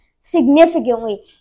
significantly